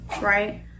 right